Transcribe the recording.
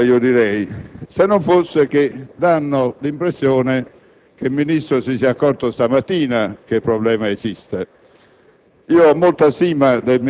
Eccellenti parole. Se non fosse che danno l'impressione che il Ministro si sia accorto stamattina del problema.